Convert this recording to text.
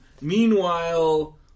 Meanwhile